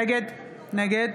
נגד